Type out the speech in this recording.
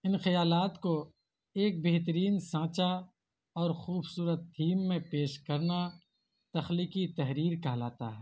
ان خیالات کو ایک بہترین سانچہ اور خوبصورت تھیم میں پیش کرنا تخلیقی تحریر کہلاتا ہے